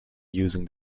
using